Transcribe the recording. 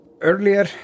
Earlier